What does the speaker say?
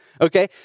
Okay